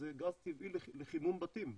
זה גז טבעי לחימום בתים.